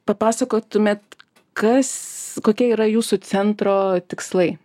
papasakotumėt kas kokie yra jūsų centro tikslai